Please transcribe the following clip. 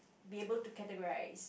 be able to categorise